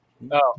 No